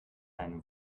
ein